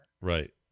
right